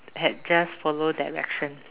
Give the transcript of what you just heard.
had just follow direction